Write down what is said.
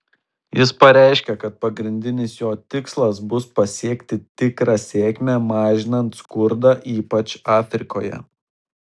jis pareiškė kad pagrindinis jo tikslas bus pasiekti tikrą sėkmę mažinant skurdą ypač afrikoje